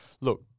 look